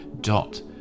dot